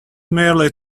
merely